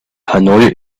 hanoi